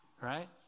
right